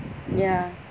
ya